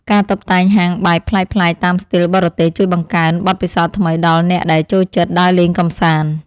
ការតុបតែងហាងបែបប្លែកៗតាមស្ទីលបរទេសជួយបង្កើនបទពិសោធន៍ថ្មីដល់អ្នកដែលចូលចិត្តដើរលេងកម្សាន្ត។